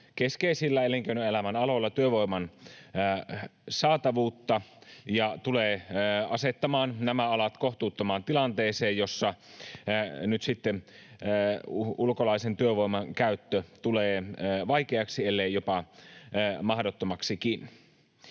keskeisillä elinkeinoelämän aloilla ja tulee asettamaan nämä alat kohtuuttomaan tilanteeseen, jossa nyt sitten ulkolaisen työvoiman käyttö tulee vaikeaksi, ellei jopa mahdottomaksikin.